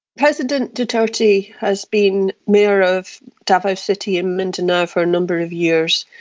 president duterte has been mayor of davao city in mindanao for a number of years.